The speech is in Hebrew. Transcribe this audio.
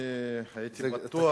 אני הייתי בטוח,